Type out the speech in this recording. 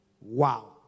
Wow